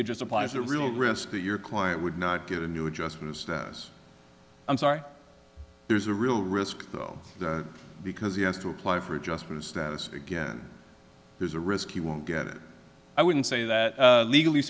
could just applies a real risk that your client would not get a new adjustment of status i'm sorry there's a real risk though because he has to apply for adjustment of status again there's a risk he won't get it i wouldn't say that legally